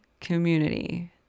community